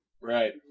Right